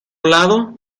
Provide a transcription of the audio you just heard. lado